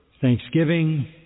thanksgiving